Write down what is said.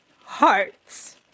hearts